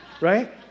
Right